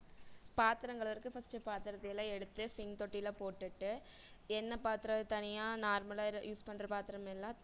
பாத்திரங்கள் இருக்குது ஃபர்ஸ்ட்டு பாத்திரத்த எல்லாம் எடுத்து சிங் தொட்டியில் போட்டுட்டு எண்ணய் பாத்திரம் தனியாக நார்மலாக யூஸ் பண்ணுற பாத்திரம் எல்லாம் தனியாக